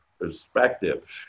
perspective